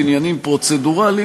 לעניינים פרוצדורליים,